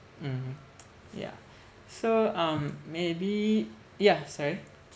mmhmm yeah so um maybe ya sorry